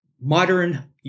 modern